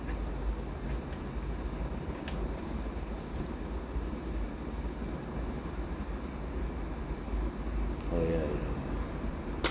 orh ya ya ya